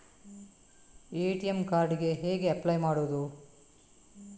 ATM card ಗೆ ಹೇಗೆ apply ಮಾಡುವುದು?